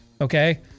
okay